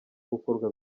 gukorwa